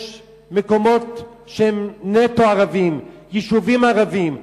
יש מקומות שהם נטו ערביים, יישובים ערביים.